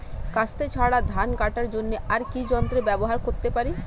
কাস্তে ছাড়া ধান কাটার জন্য আর কি যন্ত্র ব্যবহার করতে পারি?